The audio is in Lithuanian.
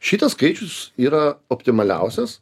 šitas skaičius yra optimaliausias